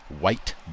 white